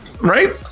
Right